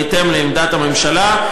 בהתאם לעמדת הממשלה,